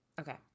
Okay